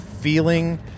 feeling